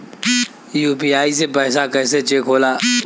UPI से पैसा कैसे चेक होला?